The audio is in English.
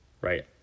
Right